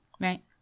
right